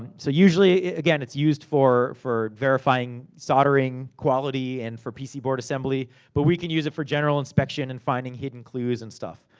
so usually, again, it's used for for verifying, soldering, quality and for pc board assembly. but we can use it for general inspection, and finding hidden clues, and stuff.